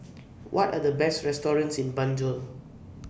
What Are The Best restaurants in Banjul